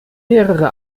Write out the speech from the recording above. mehrere